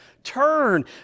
turn